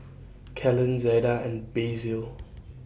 Kellan Zaida and Basil